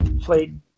played